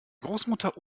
großmutter